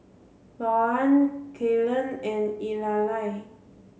Louann Kalen and Eulalia